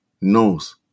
knows